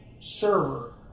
server